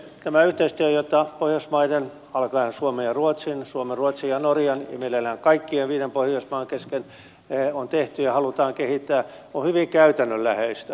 tämä yhteistyö jota pohjoismaiden alkaen suomen ja ruotsin suomen ruotsin ja norjan ja mielellään kaikkien viiden pohjoismaan kesken on tehty ja halutaan kehittää on hyvin käytännönläheistä